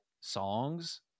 songs